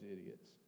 idiots